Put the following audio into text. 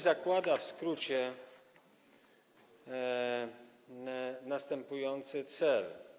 Zakłada, w skrócie, następujący cel.